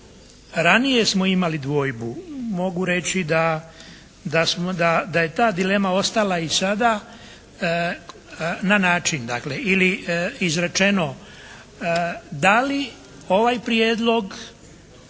Ranije smo imali dvojbu. Mogu reći da je ta dilema ostala i sada na način dakle ili izrečeno da li ovaj prijedlog